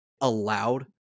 allowed